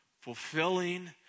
fulfilling